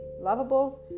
lovable